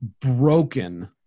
broken